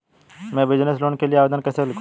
मैं business loan के लिए आवेदन कैसे लिखूँ?